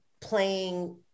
playing